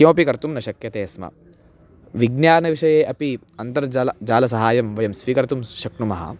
किमपि कर्तुं न शक्यते स्म विज्ञानविषये अपि अन्तर्जालं जालसहाय्यं वयं स्वीकर्तुं शक्नुमः